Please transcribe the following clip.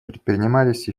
предпринимались